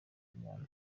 nyanza